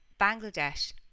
Bangladesh